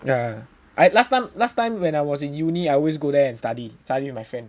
yeah I last time last time when I was in uni I always go there and study study with my friend